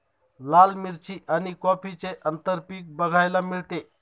लाल मिरची आणि कॉफीचे आंतरपीक बघायला मिळते